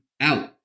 out